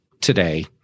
today